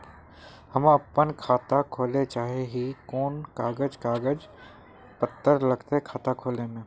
हम अपन खाता खोले चाहे ही कोन कागज कागज पत्तार लगते खाता खोले में?